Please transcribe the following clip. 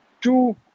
two